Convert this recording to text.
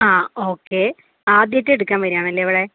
ആ ഓക്കെ ആദ്യമായിട്ട് എടുക്കാൻ വരികയാണല്ലേ ഇവിടെ